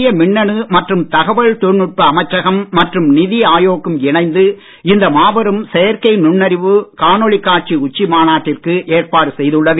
மத்திய மின்னணு மற்றும் தகவல் தொழில்நுட்ப அமைச்சகம் மற்றும் நிதி ஆயோக் அமைப்பும் இணைந்து இந்த மாபெரும் செயற்கை நுண்ணறிவு காணொளி காட்சி உச்சி மாநாட்டிற்கு ஏற்பாடு செய்துள்ளது